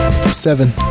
Seven